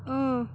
اۭں